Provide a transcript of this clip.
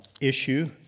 issue